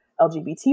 LGBT